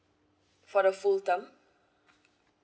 for the full term